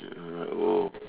mm uh oh